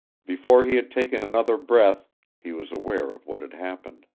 before he had taken another breath he was aware of what had happened.